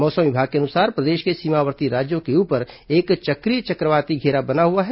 मौसम विभाग के अनुसार प्रदेश के सीमावर्ती राज्यों के ऊपर एक चक्रीय चक्रवाती धेरा बना हुआ है